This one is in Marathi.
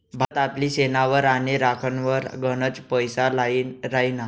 भारत आपली सेनावर आणि राखनवर गनच पैसा लाई राहिना